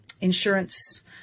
insurance